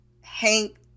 Hank